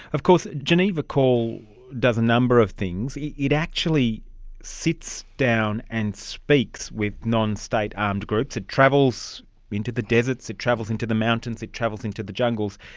of course geneva call does a number of things. yeah it actually sits down and speaks with non-state armed groups. it travels into the deserts, it travels into the mountains, travels into the jungles.